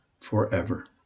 forever